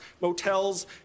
motels